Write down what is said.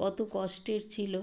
কত কষ্টের ছিলো